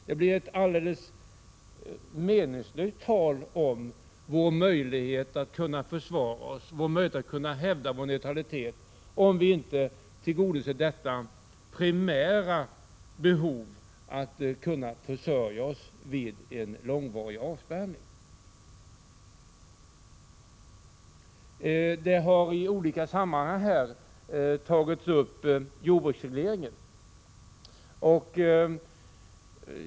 Det blir ett alldeles meningslöst tal om vår möjlighet att hävda vår neutralitet, om vi inte tillgodoser detta primära behov: att kunna försörja oss vid en långvarig avspärrning. Jordbruksregleringen har tagits upp här i olika sammanhang.